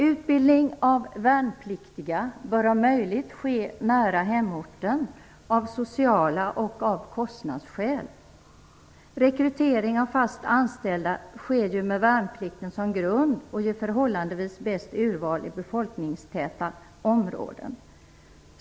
Utbildning av värnpliktiga bör om möjligt ske nära hemorten av sociala skäl och kostnadsskäl. Rekrytering av fast anställda sker ju med värnplikten som grund och ger förhållandevis bäst urval i befolkningstäta områden.